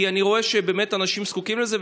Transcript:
כי אני רואה שבאמת אנשים זקוקים לזה.